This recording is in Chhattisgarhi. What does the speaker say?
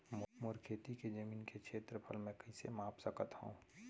मोर खेती के जमीन के क्षेत्रफल मैं कइसे माप सकत हो?